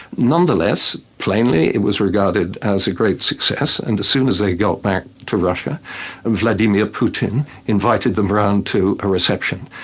nonetheless, plainly it was regarded as a great success and as soon as they got back to russia vladimir putin invited them round to a reception,